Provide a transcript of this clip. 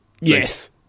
Yes